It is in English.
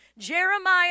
Jeremiah